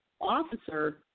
officer